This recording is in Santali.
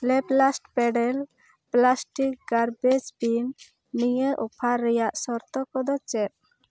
ᱞᱮᱯᱞᱟᱥᱴ ᱯᱮᱰᱮᱞ ᱯᱞᱟᱥᱴᱤᱠ ᱜᱟᱨᱵᱮᱡᱽ ᱵᱤᱱ ᱱᱤᱭᱟᱹ ᱚᱯᱷᱟᱨ ᱨᱮᱭᱟᱜ ᱥᱚᱨᱛᱚ ᱠᱚᱫᱚ ᱪᱮᱫ